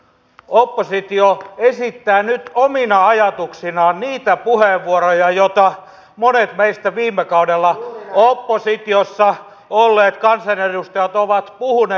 oppositio esittää nyt omina ajatuksinaan niitä puheenvuoroja joita monet meistä viime kaudella oppositiossa olleista kansanedustajista ovat puhuneet